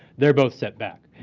they're both set back.